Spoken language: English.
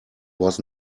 was